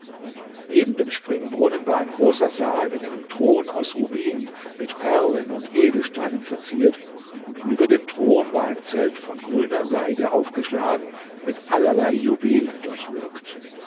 neben dem springbrunnen war ein großer saal mit einem thron aus rubin mit perlen und edelsteinen verziert und über dem thron war ein zelt von grüner seide aufgeschlagen mit allerlei juwelen durchwirkt